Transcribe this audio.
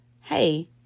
Hey